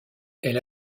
elle